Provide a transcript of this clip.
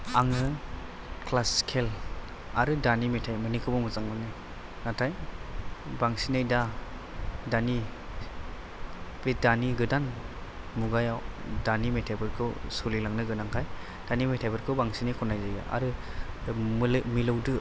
आङो ख्लासिकेल आरो दानि मेथाइ मोननैखौबो मोजां मोनो नाथाय बांसिनै दा दानि बे दानि गोदान मुगायाव दानि मेथाइफोरखौ सलिलांनो गोनांखाय दानि मेथाइफोरखौ बांसिनै खननाय जायो आरो मिलौ मिलौदो